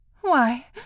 Why